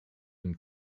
une